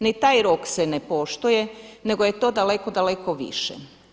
Ni taj rok se ne poštuje nego je to daleko, daleko više.